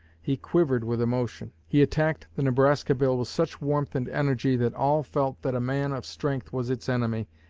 he quivered with emotion. he attacked the nebraska bill with such warmth and energy that all felt that a man of strength was its enemy,